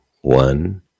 One